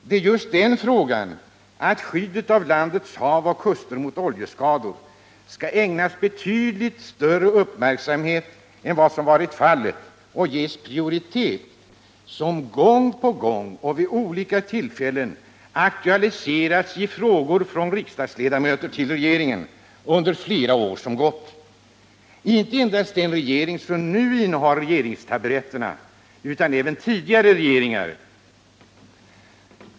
Det är just detta — att skyddet av landets hav och kuster mot oljeskador skall ägnas betydligt större uppmärksamhet än vad som varit fallet och ges prioritet —som gång på gång och vid olika tillfällen aktualiserats i frågor från riksdagsledamöter till regeringen under flera år som gått — alltså inte endast till den regering som nu innehar regeringstaburetterna, utan även till tidigare regeringar.